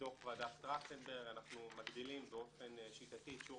דוח ועדת טרכטנברג אנחנו מגדילים באופן שיטתי את שיעור